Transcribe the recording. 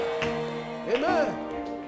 Amen